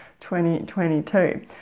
2022